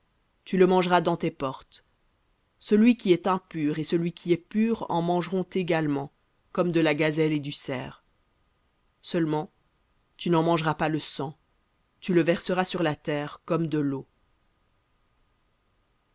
celui qui est impur et celui qui est pur en mangeront comme de la gazelle et du cerf seulement vous ne mangerez pas le sang tu le verseras sur la terre comme de l'eau